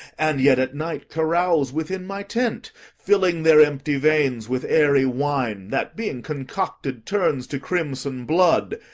and yet at night carouse within my tent, filling their empty veins with airy wine, that, being concocted, turns to crimson blood,